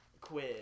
Quiz